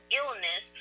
illness